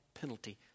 penalty